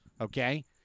okay